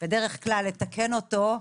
בדרך כלל לתקן אותו.